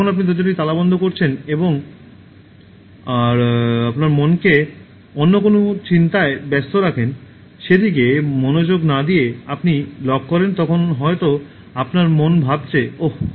যখন আপনি দরজাটি তালাবদ্ধ করেন এবং আর আপনার মনকে অন্য কোনও চিন্তায় ব্যস্ত রাখেন সেদিকে মনোযোগ না দিয়ে আপনি লক করেন তখন হয়তো আপনার মন ভাবছে ওহ